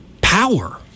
power